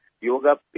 Yoga